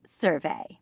survey